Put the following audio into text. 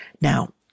Now